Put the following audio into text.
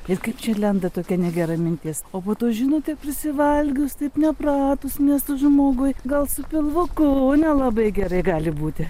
ir kaip čia lenda tokia negera mintis o po to žinote prisivalgius taip nepratus nes žmogui gal su pilvuku nelabai gerai gali būti